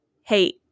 hey